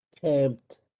camped